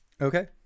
Okay